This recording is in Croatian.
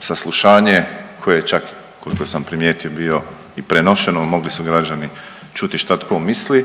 saslušanje koje je čak koliko sam primijeti bio i prenošeno, mogli su građani čuti šta tko misli